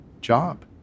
job